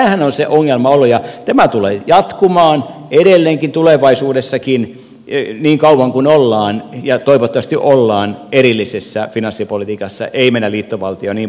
tämähän on se ongelma ollut ja tämä tulee jatkumaan edelleen tulevaisuudessakin niin kauan kuin ollaan ja toivottavasti ollaan erillisessä finanssipolitiikassa ei mennä liittovaltioon jnp